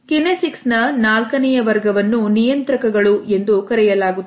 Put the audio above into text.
kinesics ನ ನಾಲ್ಕನೆಯ ವರ್ಗವನ್ನು ನಿಯಂತ್ರಕಗಳು ಎಂದು ಕರೆಯಲಾಗುತ್ತದೆ